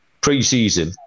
pre-season